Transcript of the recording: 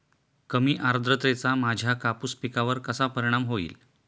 कमी आर्द्रतेचा माझ्या कापूस पिकावर कसा परिणाम होईल?